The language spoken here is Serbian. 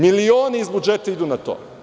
Milioni iz budžeta idu na to.